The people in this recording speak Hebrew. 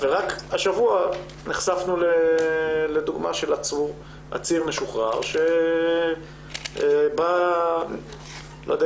רק השבוע נחשפנו לדוגמה של עציר משוחרר שאני לא יודע